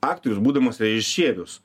aktorius būdamas režisierius